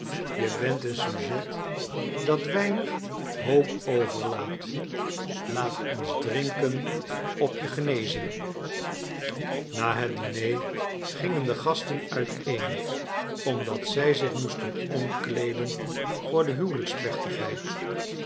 je bent een sujet dat weinig hoop overlaat laat ons drinken op je genezing na het diner gingen de gasten uiteen omdat zij zich moesten omkleeden voor de